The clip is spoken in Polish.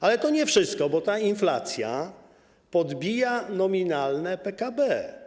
Ale to nie wszystko, bo inflacja podbija nominalne PKB.